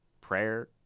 prayer